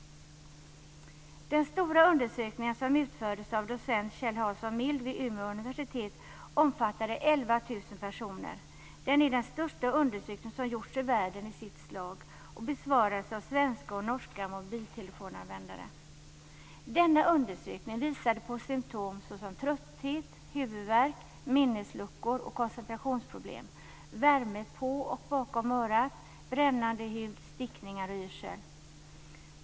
Den stora undersökning som utfördes av docent 11 000 personer. Det är den största undersökning som har gjorts i världen i sitt slag och den besvarades av svenska och norska mobiltelefonanvändare. Denna undersökning visade på symtom såsom trötthet, huvudvärk, minnesluckor och koncentrationsproblem, värme på och bakom örat, brännande hud, stickningar och yrsel.